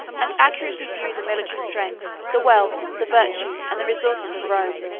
and accurately view the military strength, the wealth, the virtue, and the resources of rome.